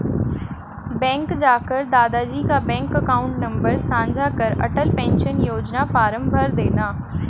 bank जाकर दादा जी का बैंक अकाउंट नंबर साझा कर अटल पेंशन योजना फॉर्म भरदेना